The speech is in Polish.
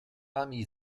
nami